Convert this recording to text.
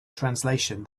translation